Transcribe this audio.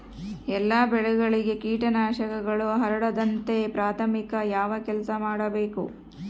ಎಲ್ಲ ಬೆಳೆಗಳಿಗೆ ಕೇಟನಾಶಕಗಳು ಹರಡದಂತೆ ಪ್ರಾಥಮಿಕ ಯಾವ ಕೆಲಸ ಮಾಡಬೇಕು?